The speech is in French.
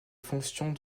fonctions